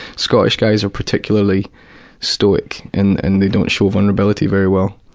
scottish guys are particularly stoic, and and they don't show vulnerability very well.